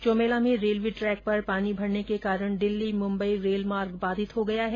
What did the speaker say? चौमेला में railway track पर पानी भरने के कारण दिल्ली मुंबई रेलमार्ग बाधित हो गया है